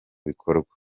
bikorwa